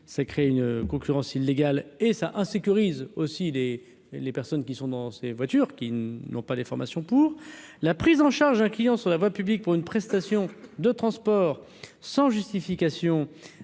créer une concurrence illégale et ça insécurisait aussi les les personnes qui sont dans ces voitures qui ne. Pas d'information pour la prise en charge un client sur la voie publique pour une prestation de transport sans justification